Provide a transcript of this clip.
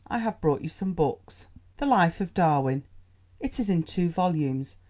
i have brought you some books the life of darwin it is in two volumes.